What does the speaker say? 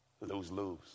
Lose-lose